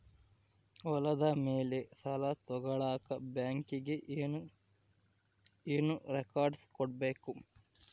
ಹೊಲದ ಮೇಲೆ ಸಾಲ ತಗಳಕ ಬ್ಯಾಂಕಿಗೆ ಏನು ಏನು ರೆಕಾರ್ಡ್ಸ್ ಕೊಡಬೇಕು?